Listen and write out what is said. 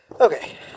Okay